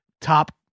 top